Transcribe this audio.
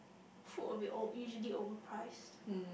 food will be al~ usually overpriced